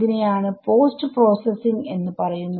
ഇതിനെയാണ് post processing എന്ന് പറയുന്നത്